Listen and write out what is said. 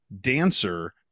Dancer